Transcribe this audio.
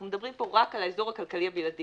מדברים פה רק על האזור הכלכלי הבלעדי,